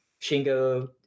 shingo